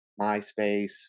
MySpace